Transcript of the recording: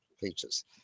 features